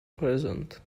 present